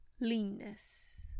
leanness